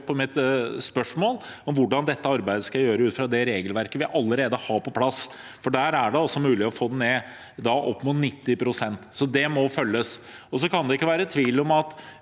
på mitt spørsmål om hvordan dette arbeidet skal gjøres ut fra det regelverket vi allerede har på plass – for det er altså mulig å få det ned, opp mot 90 pst., så det må følges. Det kan ikke være tvil om at